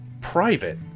Private